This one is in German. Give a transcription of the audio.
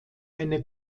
eine